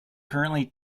currently